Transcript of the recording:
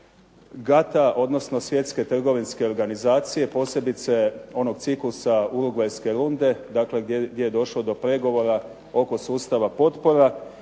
GATT-a odnosno Svjetske trgovinske organizacije posebice onog ciklusa Urugvajske runde gdje je došlo do pregovora oko sustava potpora